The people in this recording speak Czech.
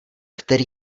který